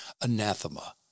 anathema